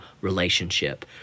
relationship